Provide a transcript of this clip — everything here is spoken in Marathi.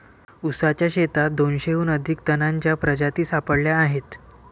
ऊसाच्या शेतात दोनशेहून अधिक तणांच्या प्रजाती सापडल्या आहेत